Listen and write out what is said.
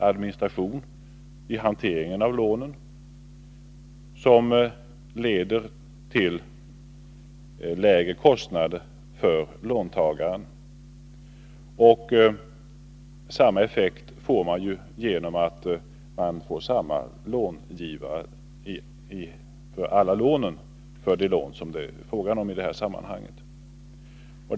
Administrationen vid hanteringen av lånen kan bli enklare, och det leder till lägre kostnader för låntagaren. Samma effekt uppnås genom att långivaren är densamma för alla lån.